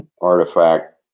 artifact